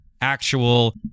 actual